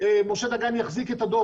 משה דגן יחזיק את הדוח,